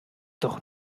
doch